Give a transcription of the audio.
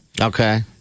Okay